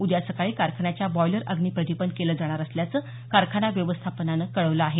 उद्या सकाळी कारखान्याच्या बॉयलर अग्नी प्रदीपन केलं जाणार असल्याचं कारखाना व्यवस्थापनानं कळवलं आहे